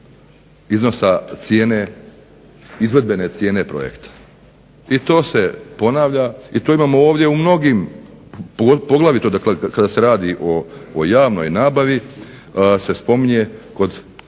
iznosa cijene, izvedbene cijene projekta. I to se ponavlja i to imamo ovdje u mnogim, poglavito dakle kada se radi o javnoj nabavi se spominje kod